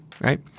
right